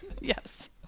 Yes